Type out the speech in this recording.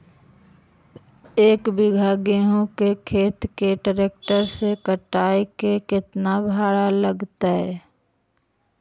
एक बिघा गेहूं के खेत के ट्रैक्टर से कटाई के केतना भाड़ा लगतै?